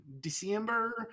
December